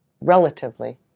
relatively